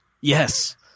Yes